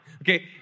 Okay